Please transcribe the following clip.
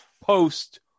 post